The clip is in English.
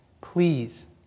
please